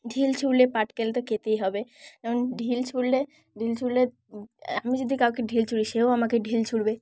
ঢিল ছুঁড়লে পাটকেল তো খেতেই হবে যেমন ঢিল ছুঁড়লে ঢিল ছুঁড়লে আমি যদি কাউকে ঢিল ছুঁড়ি সেও আমাকে ঢিল ছুঁড়বে